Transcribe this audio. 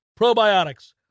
probiotics